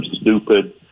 stupid